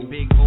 Big